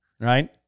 right